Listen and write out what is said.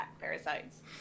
parasites